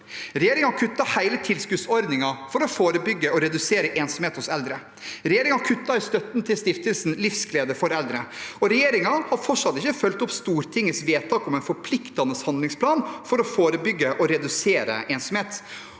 Regjeringen har kuttet hele tilskuddsordningen for å forebygge og redusere ensomhet hos eldre. Regjeringen har kuttet i støtten til stiftelsen Livsglede for Eldre, og regjeringen har fortsatt ikke fulgt opp Stortingets vedtak om en forpliktende handlingsplan for å forebygge og redusere ensomhet.